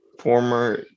former